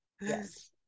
yes